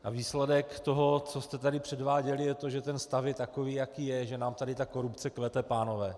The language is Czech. A výsledek toho, co jste tady předváděli, je to, že stav je takový, jaký je, že nám tady ta korupce kvete, pánové.